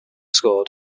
scored